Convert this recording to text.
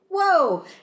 whoa